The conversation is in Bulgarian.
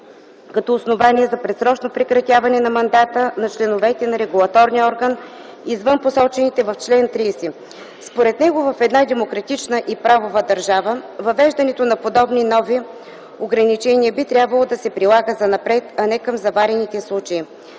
като основание за предсрочно прекратяване на мандата на членове на регулаторния орган извън посочените в чл. 30. Според него в една демократична и правова държава въвеждането на подобни нови ограничения би трябвало да се прилага занапред, а не към заварените случаи.